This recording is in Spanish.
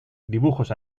dibujos